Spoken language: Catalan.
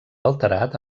alterat